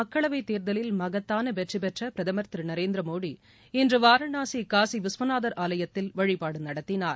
மக்களவை தேர்தலில் மகத்தான வெற்றி பெற்ற பிரதமர் திரு நரேந்திரமோடி இன்று வாரணாசி காசி விஸ்வநாதர் ஆலயத்தில் வழிபாடு நடத்தினார்